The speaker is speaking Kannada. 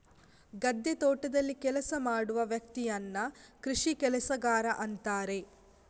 ಗದ್ದೆ, ತೋಟದಲ್ಲಿ ಕೆಲಸ ಮಾಡುವ ವ್ಯಕ್ತಿಯನ್ನ ಕೃಷಿ ಕೆಲಸಗಾರ ಅಂತಾರೆ